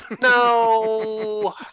No